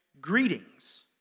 greetings